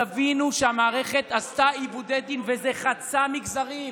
תבינו שהמערכת עשתה עיוותי דין, וזה חצה מגזרים,